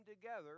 together